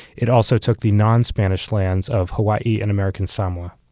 it also took the non-spanish lands of hawaii and american samoa.